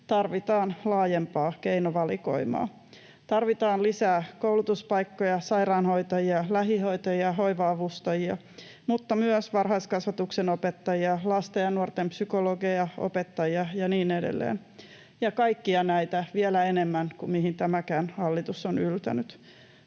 tarvitaan laajempaa keinovalikoimaa. Tarvitaan lisää koulutuspaikkoja, sairaanhoitajia, lähihoitajia, hoiva-avustajia, mutta myös varhaiskasvatuksen opettajia, lasten ja nuorten psykologeja, opettajia ja niin edelleen — ja kaikkia näitä vielä enemmän kuin mihin tämäkään hallitus on yltänyt.